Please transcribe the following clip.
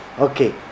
Okay